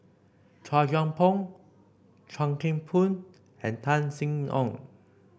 Chua Thian Poh Chuan Keng Boon and Tan Sin Aun